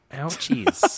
ouchies